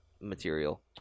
material